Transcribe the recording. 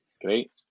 Great